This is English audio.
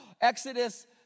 Exodus